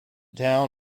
town